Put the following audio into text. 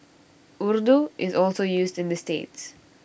Urdu is also used in the states